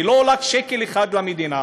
שלא עולה שקל אחד למדינה,